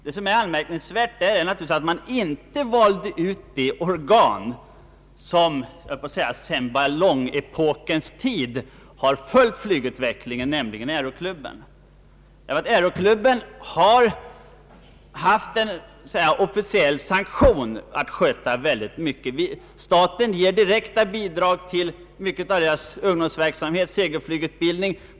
Anmärkningsvärt är att man inte valde ut det organ som sedan jag höll på att säga ballongepokens tid har följt flygutvecklingen, nämligen Aeroklubben, KSAK. Den har haft en så att säga officiell sanktion att sköta många frågor. Staten ger direkta bidrag till klubbens ungdomsverksamhet och segelflygutbildning.